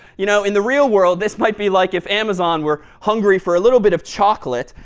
you know in the real world, this might be like if amazon were hungry for a little bit of chocolate,